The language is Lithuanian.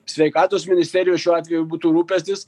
sveikatos ministerijos šiuo atveju būtų rūpestis